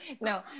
no